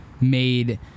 made –